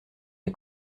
les